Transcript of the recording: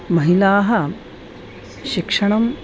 महिलाः शिक्षणम्